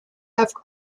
have